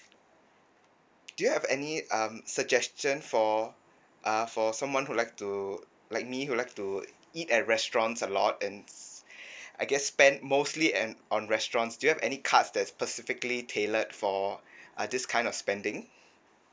do you have any um suggestion for uh for someone who like to like me who like to eat at restaurants a lot and I guess spend mostly and on restaurants do you have any cards that's specifically tailored for uh this kind of spending